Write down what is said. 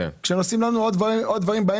כשעושים לנו עוד דברים באמצע,